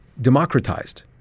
democratized